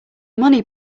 money